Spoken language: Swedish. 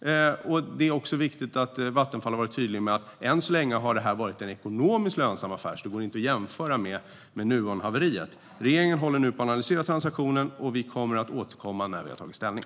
Det är också viktigt att Vattenfall har varit tydligt med att detta än så länge har varit en ekonomiskt lönsam affär. Det går alltså inte att jämföra med Nuonhaveriet. Regeringen håller nu på att analysera transaktionen, och vi kommer att återkomma när vi har tagit ställning.